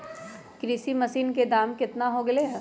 कृषि मशीन के दाम कितना हो गयले है?